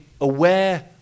aware